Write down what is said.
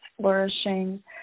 flourishing